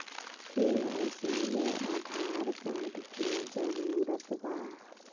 KYC में Aadhaar card के जरूरत बा?